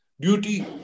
duty